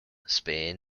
spain